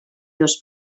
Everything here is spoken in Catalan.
dos